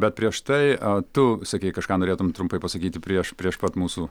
ne bet prieš tai o tu sakei kažką norėtum trumpai pasakyti prieš prieš pat mūsų